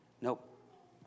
Nope